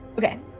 Okay